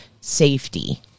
safety